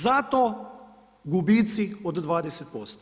Zato gubici od 20%